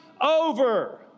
over